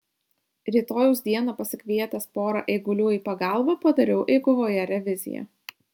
rytojaus dieną pasikvietęs pora eigulių į pagalbą padariau eiguvoje reviziją